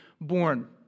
born